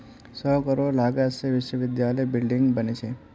सौ करोड़ लागत से विश्वविद्यालयत बिल्डिंग बने छे